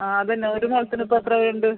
ആ അതുതന്നെ ഒരു മുഴത്തിന് ഇപ്പോൾ എത്ര ഉണ്ട്